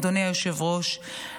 אדוני היושב-ראש,